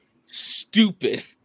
stupid